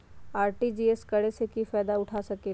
RTGS करे से की फायदा उठा सकीला?